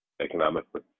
economically